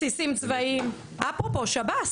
בסיסים צבאיים, אפרופו, שב"ס.